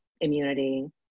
immunity